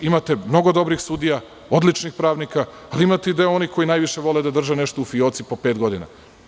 Imate mnogo dobrih sudija, odličnih pravnika, ali imate i deo onih koji najviše vole da drže nešto u fioci po pet godina.